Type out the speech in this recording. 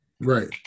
Right